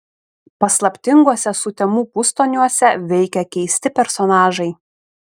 paslaptinguose sutemų pustoniuose veikia keisti personažai